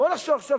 בואו נחשוב עכשיו,